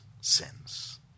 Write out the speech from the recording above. sins